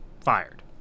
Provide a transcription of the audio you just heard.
fired